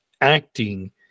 acting